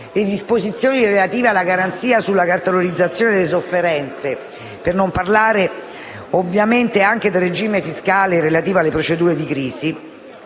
disposizioni relative alle garanzie sulla cartolarizzazione delle sofferenze (per non parlare ovviamente del regime fiscale relativo alle procedure di crisi,